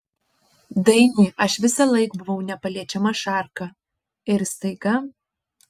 dainiui aš visąlaik buvau nepaliečiama šarka ir staiga